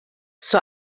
zur